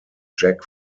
jack